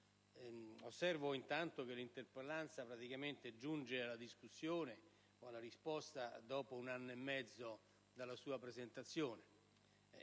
Osservo, intanto, che l'interpellanza giunge alla discussione e alla risposta dopo un anno e mezzo dalla sua presentazione;